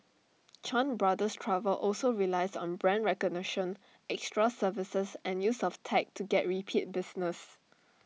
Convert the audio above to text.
chan brothers travel also relies on brand recognition extra services and use of tech to get repeat business